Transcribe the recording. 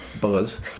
buzz